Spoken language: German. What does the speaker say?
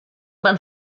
man